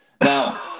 now